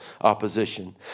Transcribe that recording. opposition